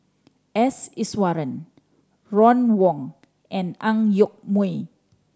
S Iswaran Ron Wong and Ang Yoke Mooi